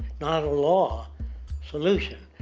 not a law. a solution.